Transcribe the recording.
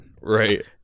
Right